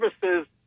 services